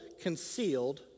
concealed